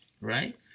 right